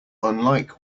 unlike